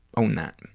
own that.